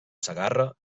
segarra